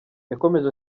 yakomeje